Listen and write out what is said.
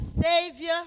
Savior